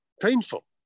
painful